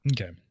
okay